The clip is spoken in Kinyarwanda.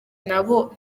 nabo